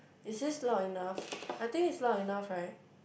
is this loud enough I think it's loud enough right